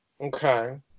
Okay